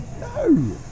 no